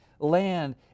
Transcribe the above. land